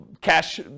cash